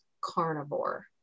carnivore